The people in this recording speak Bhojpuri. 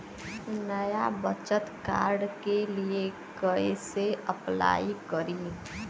नया बचत कार्ड के लिए कइसे अपलाई करी?